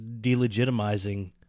delegitimizing